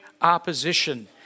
opposition